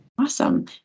Awesome